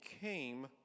came